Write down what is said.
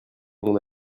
mon